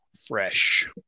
Fresh